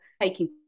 taking